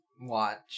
watch